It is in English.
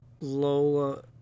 Lola